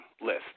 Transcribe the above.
list